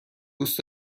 دوست